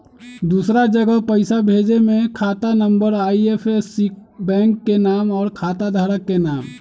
दूसरा जगह पईसा भेजे में खाता नं, आई.एफ.एस.सी, बैंक के नाम, और खाता धारक के नाम?